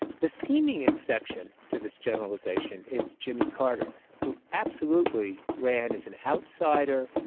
the seeming exception to this generalisation is jimmy carter who absolutely ran as an outsider,